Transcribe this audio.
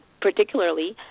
particularly